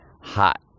hot